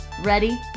Ready